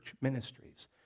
ministries